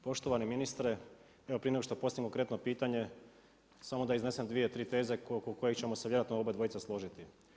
Poštovani ministre, evo prije nego što postavim konkretno pitanje samo da iznesem dvije, tri teze oko kojih ćemo se vjerojatno oba dvojica složiti.